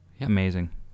Amazing